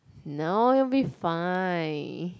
no it will be fine